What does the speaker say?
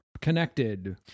connected